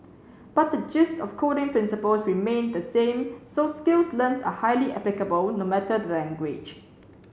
but the gist of coding principles remained the same so skills learnt are highly applicable no matter the language